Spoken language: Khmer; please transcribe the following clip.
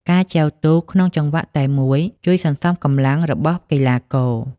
ការចែវទូកក្នុងចង្វាក់តែមួយជួយ សន្សំកម្លាំង របស់កីឡាករ។